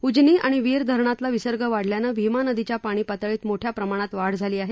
उजनी आणि वीर धरणातील विसर्ग वाढल्यानं भीमा नदीच्या पाणी पातळीत मोठ्या प्रमाणात वाढ झाली आहे